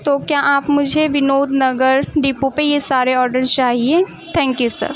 تو کیا آپ مجھے ونود نگر ڈپو پہ یہ سارے آڈر چاہیے تھینک یو سر